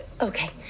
Okay